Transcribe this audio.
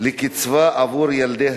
זיקנה בעד ילדים),